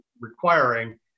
requiring